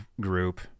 group